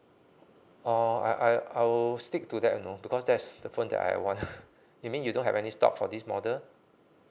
oh I I I will stick to that you know because that's the phone that I want you mean you don't have any stock for this model